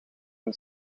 een